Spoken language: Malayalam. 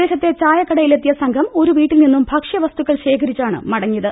പ്രദേശത്തെ ചായ കടയിലെത്തിയ സംഘം ഒരു വീട്ടിൽ നിന്നും ഭക്ഷ്യ പ്രസ്തുക്കൾ ശേഖരിച്ചാണ് മടങ്ങിയത്